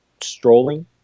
strolling